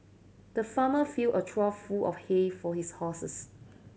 the farmer filled a trough full of hay for his horses